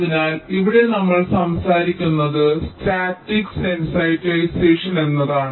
അതിനാൽ ഇവിടെ നമ്മൾ സംസാരിക്കുന്നത് സ്റ്റാറ്റിക് സെൻസിറ്റൈസേഷൻ എന്നാണ്